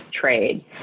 trade